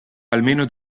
almeno